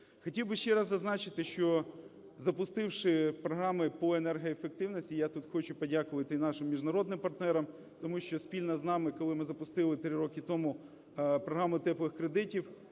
Хотів би ще раз зазначити, що, запустивши програми по енергоефективності, я тут хочу подякувати і нашим міжнародним партнерам, тому що спільно з нами, коли ми запустили три роки тому програму "теплих" кредитів,